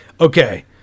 Okay